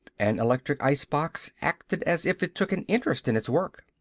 an electric icebox acted as if it took an interest in its work.